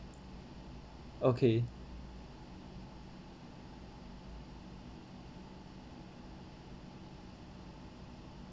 okay